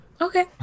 Okay